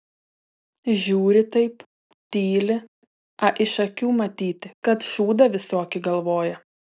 žiūri taip tyli a iš akių matyti kad šūdą visokį galvoja